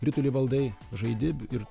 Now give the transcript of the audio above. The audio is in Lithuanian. ritulį valdai žaidi ir